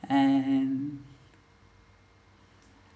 and